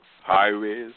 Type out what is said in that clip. highways